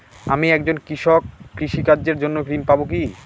আমি একজন কৃষক কৃষি কার্যের জন্য ঋণ পাব কি?